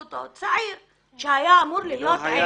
צעיר שהיה אמור להיות עד.